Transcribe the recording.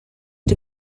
yng